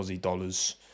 Dollars